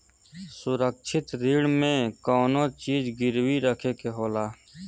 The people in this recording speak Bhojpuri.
सुरक्षित ऋण में कउनो चीज गिरवी रखे के होला